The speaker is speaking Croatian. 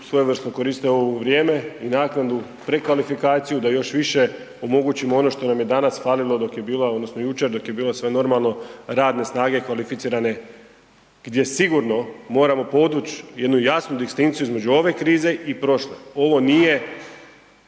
svojevrsno koriste ovo vrijeme i naknadu prekvalifikaciju da još više omogućimo ono što nam je danas falilo dok je bila odnosno jučer dok je bilo sve normalno, radne snage kvalificirane gdje sigurno moramo podvuć jednu jasnu distinkciju između ove krize i prošle. Ovo nije